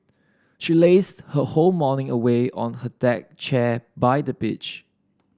she lazed her whole morning away on a deck chair by the beach